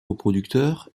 reproducteur